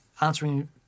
answering